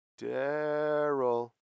Daryl